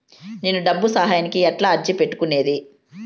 నేను డబ్బు సహాయానికి ఎట్లా అర్జీ పెట్టుకునేది?